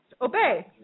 Obey